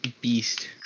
beast